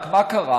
רק מה קרה?